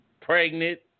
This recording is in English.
pregnant